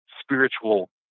spiritual